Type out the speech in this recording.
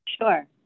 Sure